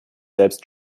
selbst